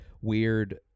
weird